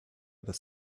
other